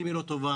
אם היא לא טובה,